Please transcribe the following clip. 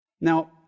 Now